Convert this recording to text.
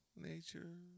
Nature